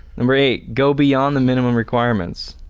number eight, go beyond the minimum requirements.